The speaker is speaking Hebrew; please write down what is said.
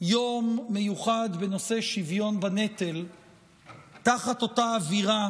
יום מיוחד בנושא שוויון בנטל תחת אותה אווירה